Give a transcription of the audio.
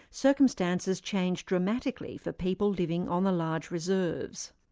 circumstances changed dramatically for people living on the large reserves.